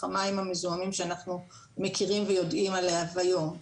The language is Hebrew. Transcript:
המים המזוהמים שאנחנו מכירים ויודעים עליו היום.